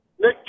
Nick